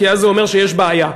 כי זה אומר שיש בעיה.